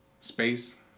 space